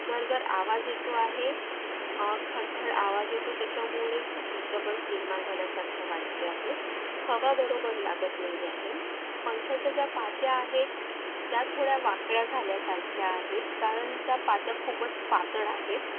गरगर आवाज येतो आहे खडखड आवाज येतो त्याच्यामुळे खूप डिस्टर्बन्स निर्माण झाल्यासारखं वाटते आहे हवा बरोबर लागत नाही आहे पंख्याच्या ज्या पात्या आहेत त्या थोड्या वाकड्या झाल्यासारख्या आहेत कारण त्या पात्या खूपच पातळ आहेत